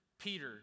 Peter